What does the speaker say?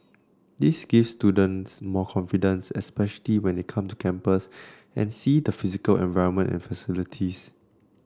this gives students more confidence especially when they come to campus and see the physical environment and facilities